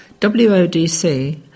WODC